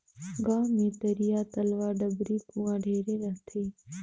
गांव मे तरिया, तलवा, डबरी, कुआँ ढेरे रथें